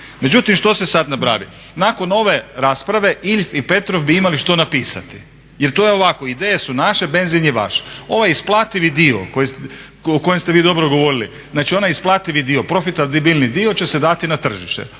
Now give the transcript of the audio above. Međutim, što se sada napravi? Nakon ove rasprave Iljf i Petrov bi imali što napisati, jer to je ovako ideje su naše, benzin je vaš. Ovaj isplativi dio o kojem ste vi dobro govorili, znači onaj isplativi dio, profitabilni dio će se dati na tržište,